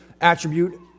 attribute